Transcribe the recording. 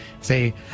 say